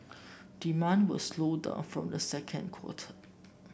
demand will slow down from the second quarter